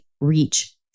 reach